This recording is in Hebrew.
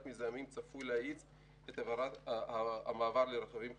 מזהמים עשוי להאיץ את המעבר לרכבים חשמליים.